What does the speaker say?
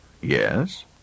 Yes